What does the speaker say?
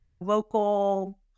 local